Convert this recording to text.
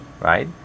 right